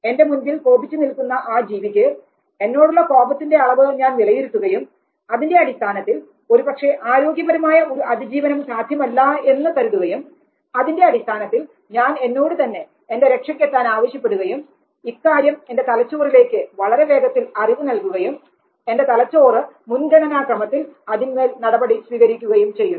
എൻറെ മുൻപിൽ കോപിച്ച് നിൽക്കുന്ന ആ ജീവിക്ക് എന്നോടുള്ള കോപത്തിന്റെ അളവ് ഞാൻ വിലയിരുത്തുകയും അതിൻറെ അടിസ്ഥാനത്തിൽ ഒരുപക്ഷേ ആരോഗ്യപരമായ ഒരു അതിജീവനം സാധ്യമല്ല എന്ന് കരുതുകയും അതിൻറെ അടിസ്ഥാനത്തിൽ ഞാൻ എന്നോട് തന്നെ എൻറെ രക്ഷയ്ക്ക് എത്താൻ ആവശ്യപ്പെടുകയും ഇക്കാര്യം എൻറെ തലച്ചോറിലേക്ക് വളരെ വേഗത്തിൽ അറിവു നൽകുകയും എൻറെ തലച്ചോറ് മുൻഗണനാക്രമത്തിൽ അതിന്മേൽ നടപടി സ്വീകരിക്കുകയും ചെയ്യുന്നു